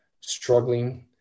struggling